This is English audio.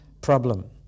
problem